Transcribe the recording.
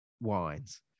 wines